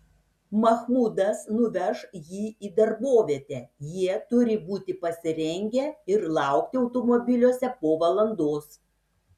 mahmudas nuveš jį į darbovietę jie turi būti pasirengę ir laukti automobiliuose po valandos